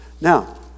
Now